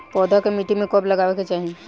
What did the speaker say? पौधा के मिट्टी में कब लगावे के चाहि?